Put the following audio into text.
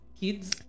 kids